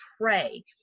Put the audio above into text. pray